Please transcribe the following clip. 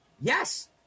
Yes